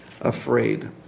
afraid